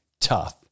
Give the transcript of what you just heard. tough